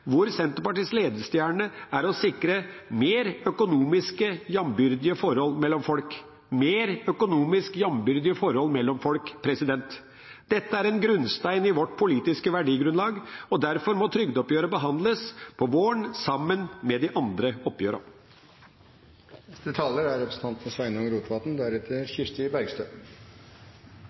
hvor Senterpartiets ledestjerne er å sikre mer økonomisk jambyrdige forhold mellom folk – mer økonomisk jambyrdige forhold mellom folk. Dette er en grunnstein i vårt politiske verdigrunnlag, og derfor må trygdeoppgjøret behandles på våren, sammen med de andre